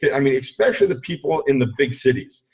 i mean especially the people in the big cities,